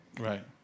Right